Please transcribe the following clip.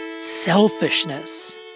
selfishness